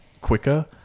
quicker